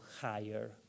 higher